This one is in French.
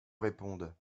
réponde